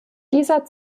dieser